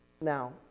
Now